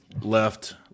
left